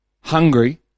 hungry